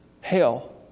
hell